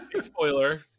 Spoiler